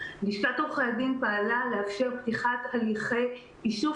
לשכת עורכי הדין פעלה לאפשר פתיחת הליכי יישוב